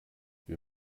wir